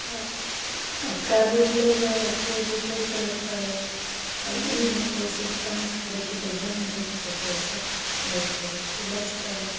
और प्राइवेट ले जाओ तो भी पैसा लगता है और नहीं है पैसा तो कहाँ से करें कि तो जान दें कि तो पैसा है तो इलाज कराऍं